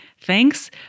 Thanks